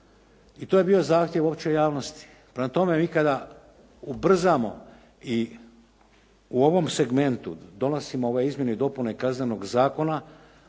i to je bio zahtjev opće javnosti. Prema tome mi kada ubrzamo i u ovom segmentu donosimo ove izmjene i dopune Kaznenog zakona